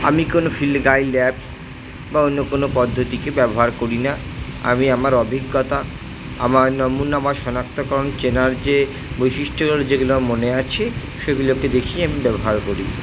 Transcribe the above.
আমি কোনো field guide apps বা অন্য কোনো পদ্ধতিকে ব্যবহার করি না আমি আমার অভিজ্ঞতা আমার নমুনা বা শনাক্তকরণ চেনার যে বৈশিষ্ট্য যেগুলো আমার মনে আছে সেগুলোকে দেখেই আমি ব্যবহার করি